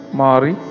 mari